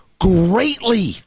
greatly